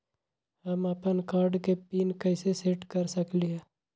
हम अपन कार्ड के पिन कैसे सेट कर सकली ह?